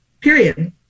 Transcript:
Period